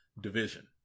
Division